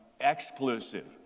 exclusive